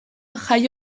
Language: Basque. jai